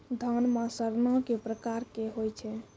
धान म सड़ना कै प्रकार के होय छै?